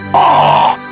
ah,